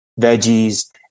veggies